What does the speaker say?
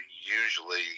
usually